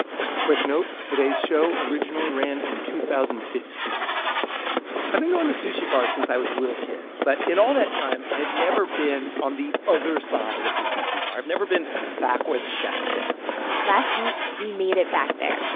just a quick note today's show originally ran in two thousand and fifteen point i've been going to sushi bars since i was a little kid. but in all that time, i have never been on the other side of the sushi bar. i've never been back where the chef stands last week, we made it back there,